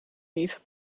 niet